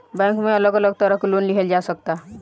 bank में अलग अलग तरह के लोन लिहल जा सकता